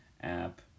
app